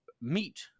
meet